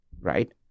right